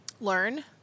Learn